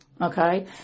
Okay